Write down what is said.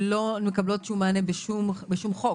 שלא מקבלות שום מענה בשום חוק?